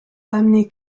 ramener